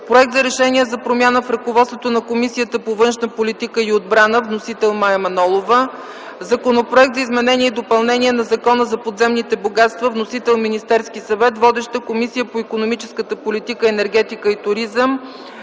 Проект за решение за промяна в ръководството на Комисията по външна политика и отбрана. Вносител – Мая Манолова. Законопроект за изменение и допълнение на Закона за подземните богатства. Вносител – Министерският съвет. Водеща е Комисията по икономическата политика, енергетика и туризъм.